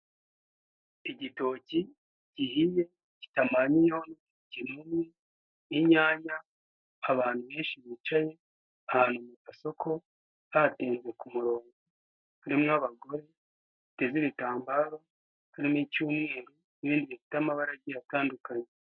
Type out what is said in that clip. Igitoki gihiye kitamanyuyeho n'umuneke numwe, inyanya. Abantu benshi bicaye ahantu mu gasoko bateretse ku murongo. Harimo abagore bateze ibitambaro. Harimo icyumweru n'ibindi bifite amabara agiye atandukanye.